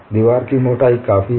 दीवार की मोटाई काफी है